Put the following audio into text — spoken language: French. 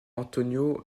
antonio